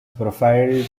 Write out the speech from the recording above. profiled